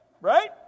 Right